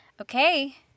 Okay